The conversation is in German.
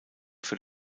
für